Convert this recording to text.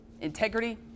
Integrity